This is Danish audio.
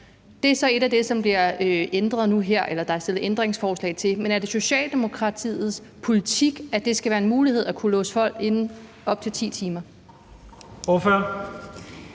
Det er så en af de ting, der er stillet ændringsforslag til. Men er det Socialdemokratiets politik, at det skal være en mulighed at kunne låse folk inde i op til 10 timer?